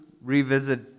revisit